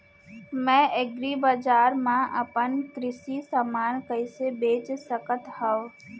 मैं एग्रीबजार मा अपन कृषि समान कइसे बेच सकत हव?